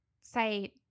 say